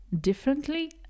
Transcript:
Differently